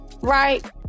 right